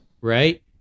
Right